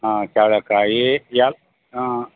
ಹಾಂ ಚವ್ಳಿಕಾಯಿ ಹಾಂ